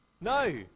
No